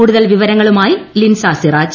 കൂടുതൽ വിവരങ്ങളുമായി ലിൻസ സിറാജ്